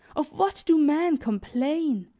of what do men complain?